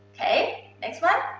okay, next one.